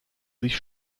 sich